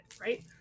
right